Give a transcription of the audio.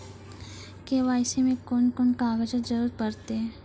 KYC मे कून कून कागजक जरूरत परतै?